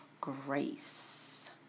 grace